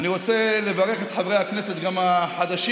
אני רוצה לברך את חברי הכנסת החדשים,